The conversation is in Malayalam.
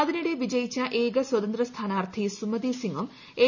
അതിനിടെ വിജയിച്ച ഏക സ്വതന്ത്ര സ്ഥാനാർത്ഥി സുമന്ത് സിങ്ങും എൻ